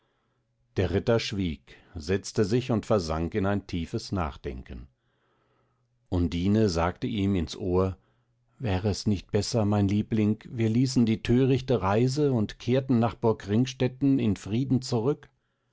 der ritter schwieg setzte sich und versank in ein tiefes nachdenken undine sagte ihm ins ohr wär es nicht besser mein liebling wir ließen die törichte reise und kehrten nach burg ringstetten in frieden zurück